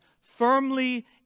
firmly